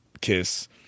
KISS